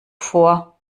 vor